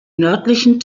nördlichen